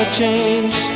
change